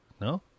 No